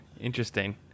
interesting